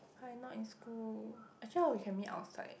!huh! I not in school actually hor we can meet outside